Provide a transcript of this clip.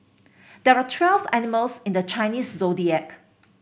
there are twelve animals in the Chinese Zodiac